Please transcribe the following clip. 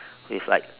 with like